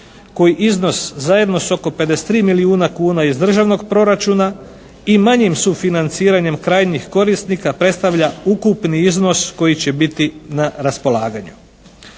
koji iznos zajedno s oko 53 milijuna kuna iz državnog proračuna i manjim sufinanciranjem krajnjih korisnika predstavlja ukupni iznos koji će biti na raspolaganju.